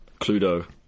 Cluedo